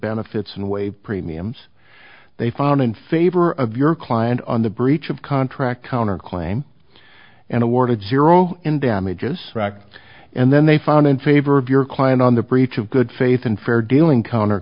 benefits and waive premiums they found in favor of your client on the breach of contract counter claim and awarded zero in damages and then they found in favor of your client on the breach of good faith and fair dealing counter